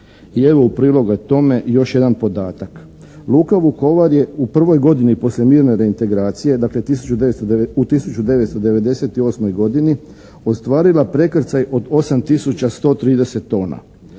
I evo u prilogu tome, još jedan podatak. Luka Vukovar je u prvoj godini poslije mirne reintegracije dakle u 1998. godini ostvarila prekrcaj od 8 tisuća 130 tona.